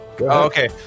Okay